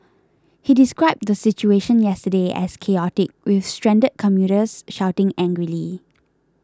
he described the situation yesterday as chaotic with stranded commuters shouting angrily